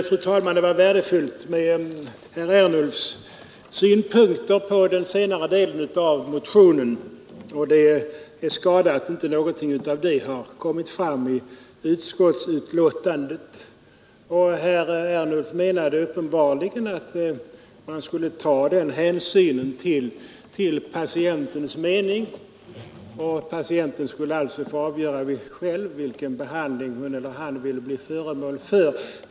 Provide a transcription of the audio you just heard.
Fru talman! Det var värdefullt med herr Ernulfs synpunkter på den senare delen av motionen. Det är skada att inte något av detta kom fram i utskottsbetänkandet. Herr Ernulf menade uppenbarligen att man skulle ta hänsyn till patientens mening. Patienten skulle alltså själv få avgöra vilken behandling han ville bli föremål för.